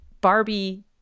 Barbie